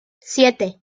siete